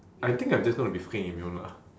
I think I'm just gonna be fucking immune lah